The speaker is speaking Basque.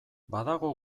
badago